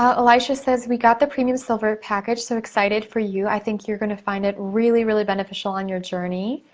ah elijah says, we got the premium silver package. so excited for you. i think you're gonna find it really, really, beneficial on your journey.